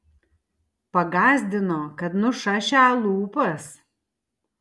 pagąsdino kad nušašią lūpas